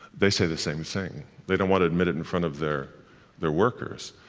they say the same thing they don't want to admit it in front of their their workers,